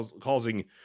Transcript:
causing